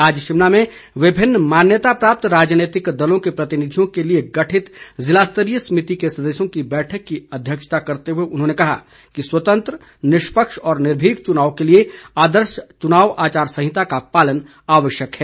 आज शिमला में विभिन्न मान्यता प्राप्त राजनीतिक दलों के प्रतिनिधियों के लिए गठित जिला स्तरीय समिति के सदस्यों की बैठक की अध्यक्षता करते हुए उन्होंने कहा कि स्वतन्त्र निष्पक्ष और निर्भीक चुनाव के लिए आदर्श आचार संहिता का पालन आवश्यक है